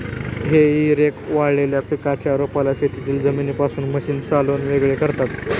हेई रेक वाळलेल्या पिकाच्या रोपाला शेतातील जमिनीपासून मशीन चालवून वेगळे करतात